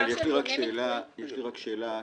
יש לי רק שאלה,